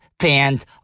fans